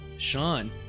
Sean